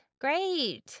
great